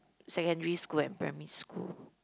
secondary school and primary school